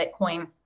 Bitcoin